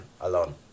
alone